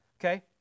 Okay